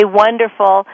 wonderful